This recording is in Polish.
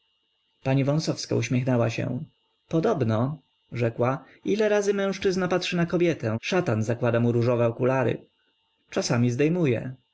pani wąsowska uśmiechnęła się podobno rzekła ile razy mężczyzna patrzy na kobietę szatan zakłada mu różowe okulary czasami zdejmuje